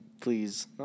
Please